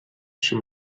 she